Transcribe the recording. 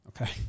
Okay